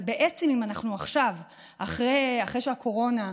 ובעצם אם אנחנו עכשיו אחרי שהקורונה,